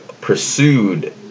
pursued